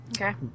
Okay